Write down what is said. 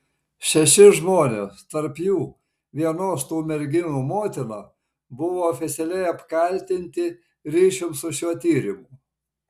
šeši žmonės tarp jų vienos tų merginų motina buvo oficialiai apkaltinti ryšium su šiuo tyrimu